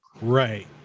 Right